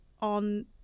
on